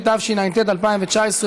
התשע"ט 2019,